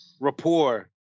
rapport